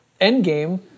Endgame